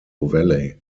valley